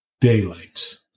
daylight